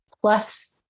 plus